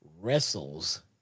wrestles